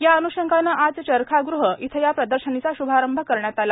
या अन्षंगाने आज चरखागृह इथे या प्रदर्शनीचा शुभारंभ करण्यात आला